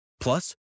Plus